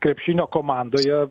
krepšinio komandoje